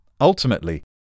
Ultimately